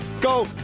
go